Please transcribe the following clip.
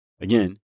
Again